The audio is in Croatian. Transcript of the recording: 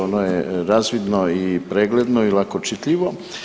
Ono je razvidno i pregledno i lako čitljivo.